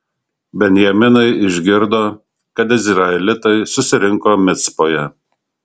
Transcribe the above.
benjaminai išgirdo kad izraelitai susirinko micpoje